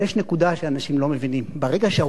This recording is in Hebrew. אבל יש נקודה שאנשים לא מבינים,